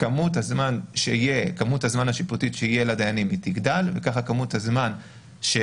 כמות הזמן השיפוטי שיהיה לדיינים יגדל וככה כמות הזמן של